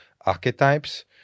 archetypes